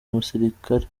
musirikare